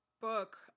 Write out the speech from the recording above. book